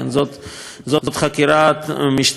חקירת משטרה ירוקה,